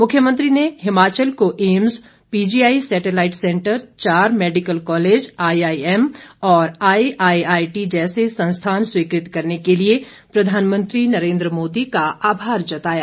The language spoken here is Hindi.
मुख्यमंत्री ने हिमाचल को एम्स पीजीआई सैटेलाईट सेंटर चार मैडिकल कॉलेज आईआईएम और आईआईआईटी जैसे संस्थान स्वीकृत करने के लिए प्रधानमंत्री नरेन्द्र मोदी का आभार जताया